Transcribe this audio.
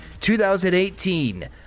2018